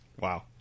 Wow